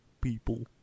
people